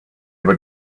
were